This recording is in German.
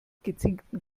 gezinkten